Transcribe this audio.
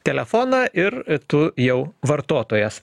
telefoną ir tu jau vartotojas